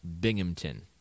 Binghamton